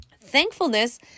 Thankfulness